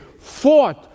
fought